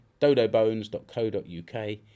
dodobones.co.uk